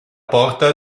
porta